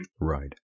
Right